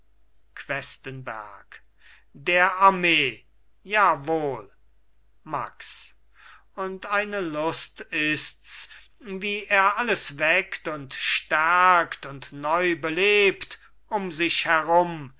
questenberg der armee jawohl max und eine lust ists wie er alles weckt und stärkt und neu belebt um sich herum